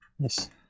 Yes